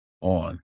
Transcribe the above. on